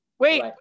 Wait